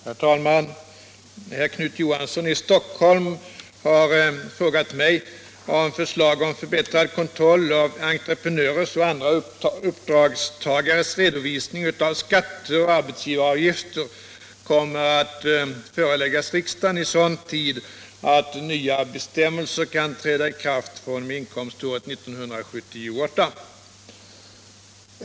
Herr talman! Herr Knut Johansson i Stockholm har frågat mig om förslag om förbättrad kontroll av entreprenörers och andra uppdragstagares redovisning av skatter och arbetsgivaravgifter kommer att föreläggas riksdagen i sådan tid att nya bestämmelser kan träda i kraft fr.o.m. inkomståret 1978.